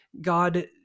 God